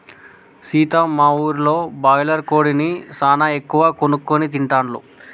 సీత మా ఊరిలో బాయిలర్ కోడిని సానా ఎక్కువగా కోసుకొని తింటాల్లు